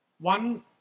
One